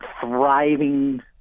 thriving